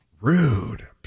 Rude